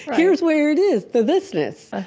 here's where it is, the this-ness.